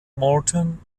morton